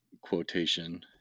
quotation